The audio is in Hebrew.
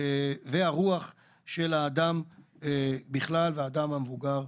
והרוח של האדם בכלל והאדם המבוגר,